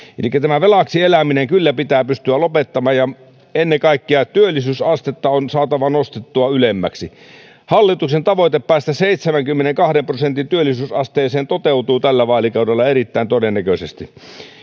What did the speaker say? elikkä tämä velaksi eläminen kyllä pitää pystyä lopettamaan ja ennen kaikkea työllisyysastetta on saatava nostettua ylemmäksi hallituksen tavoite päästä seitsemänkymmenenkahden prosentin työllisyysasteeseen toteutuu tällä vaalikaudella erittäin todennäköisesti